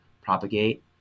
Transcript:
propagate